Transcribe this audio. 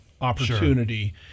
opportunity